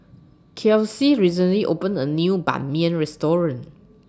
Kelsie recently opened A New Ban Mian Restaurant